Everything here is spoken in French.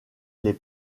les